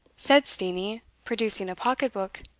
said steenie, producing a pocket-book.